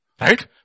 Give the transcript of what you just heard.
Right